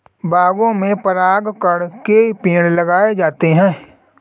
बागों में परागकण के पेड़ लगाए जाते हैं